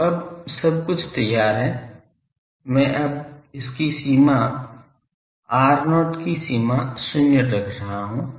तो अब सब कुछ तैयार है मैं अब इसकी सीमा r0 की सीमा शून्य रख रहा हूं